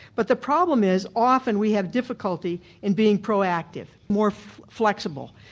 but the problem is often we have difficulty in being proactive, more flexible.